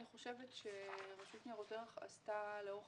אני חושבת שרשות ניירות ערך עשתה לאורך